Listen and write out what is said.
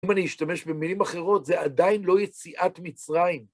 אם אני אשתמש במילים אחרות, זה עדיין לא יציאת מצרים.